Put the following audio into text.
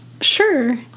Sure